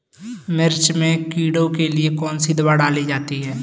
मिर्च में कीड़ों के लिए कौनसी दावा डाली जाती है?